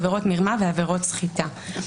עבירות מרמה ועבירות סחיטה.